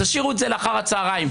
תשאירו את זה לאחרי הצוהריים.